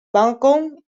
bacon